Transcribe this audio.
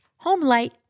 Homelight